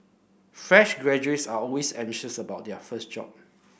fresh graduates are always anxious about their first job